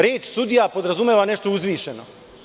Reč sudija podrazumeva nešto uzvišeno.